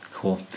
Cool